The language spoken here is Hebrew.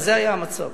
אבל זה היה המצב.